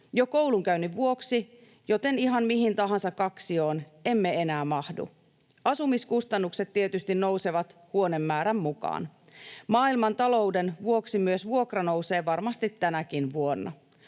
jo koulunkäynnin vuoksi, joten ihan mihin tahansa kaksioon emme enää mahdu. Asumiskustannukset tietysti nousevat huonemäärän mukaan. Maailmantalouden vuoksi myös vuokra nousee varmasti tänäkin vuonna.